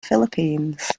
philippines